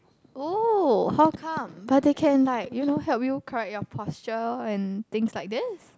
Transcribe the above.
oh how come but they can like you know help you correct your posture and things like this